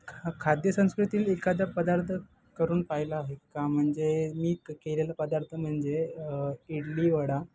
ख खाद्य संस्कृतीत एखादा पदार्थ करून पाहिला आहेत का म्हणजे मी केलेला पदार्थ म्हणजे इडली वडा